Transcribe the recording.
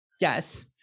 yes